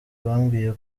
bambwiye